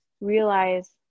realize